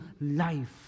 life